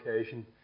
Occasion